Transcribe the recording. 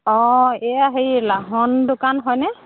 অঁ এয়া হেৰি লাহন দোকান হয়নে